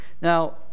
Now